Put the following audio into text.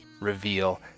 reveal